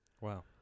Wow